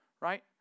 right